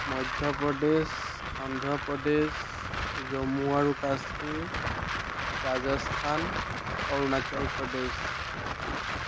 মধ্য প্ৰদেশ অন্ধ্ৰ প্ৰদেশ জম্মু আৰু কাশ্মীৰ ৰাজস্থান অৰুণাচল প্ৰদেশ